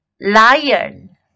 lion